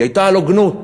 היא הייתה על הוגנות.